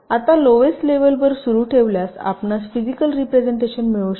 आता लोवेस्ट लेवलवर सुरू ठेवल्यास आपणास फिजिकल रीप्रेझेन्टटेशन मिळू शकते